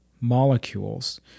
molecules